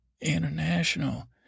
international